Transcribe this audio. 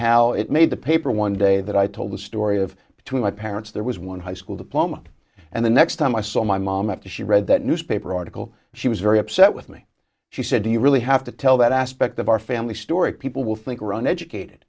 how it made the paper one day that i told the story of between my parents there was one high school diploma and the next time i saw my mom after she read that newspaper article she was very upset with me she said do you really have to tell that aspect of our family story people will think run educated